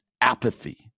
apathy